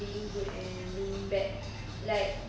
being good and being bad like